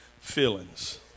feelings